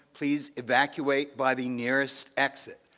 please evacuate by the nearest exit.